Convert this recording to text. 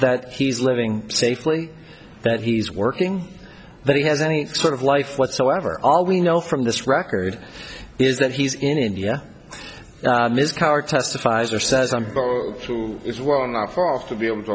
that he's living safely that he's working that he has any sort of life whatsoever all we know from this record is that he's in india ms carr testifies or says and is well enough off to be able to